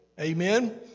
Amen